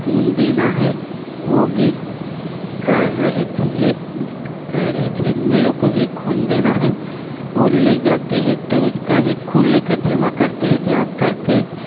खून देना है वो भी कर रहे थे कह रहे थे मेरे को भी खून देना है और ले जाते हैं तो उनका भी खून लेकर जमा करते हैं जमा करके